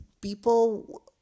people